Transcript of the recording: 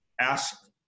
ask